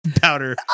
powder